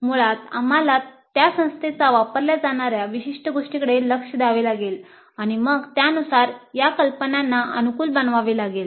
मुळात आम्हाला त्या संस्थेत वापरल्या जाणार्या विशिष्ट गोष्टींकडे लक्ष द्यावे लागेल आणि मग त्यानुसार या कल्पनांना अनुकूल बनवावे लागेल